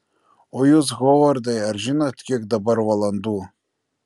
o jūs hovardai ar žinot kiek dabar valandų